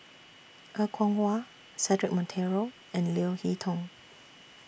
Er Kwong Wah Cedric Monteiro and Leo Hee Tong